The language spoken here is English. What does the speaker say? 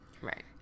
Right